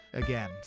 again